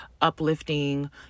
uplifting